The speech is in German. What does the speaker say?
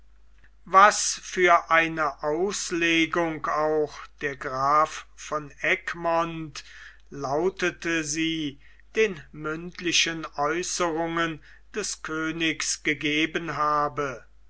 was für eine auslegung auch der graf von egmont lautete es den mündlichen aeußerungen des königs gegeben habe